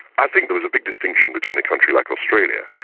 i think there was a big distinction between a country like australia,